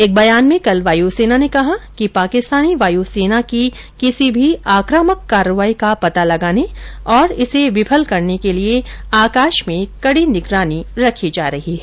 एक बयान में कल वायुसेना ने कहा कि पाकिस्तानी वायुसेना की किसी भी आक्रामक कार्रवाई का पता लगाने और इसे विफल करने के लिए आकाश में कड़ी निगरानी रखी जा रही है